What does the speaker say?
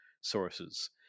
sources